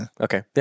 Okay